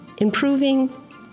improving